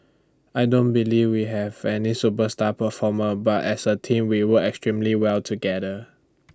I don't believe we have any superstar performer but as A team we work extremely well together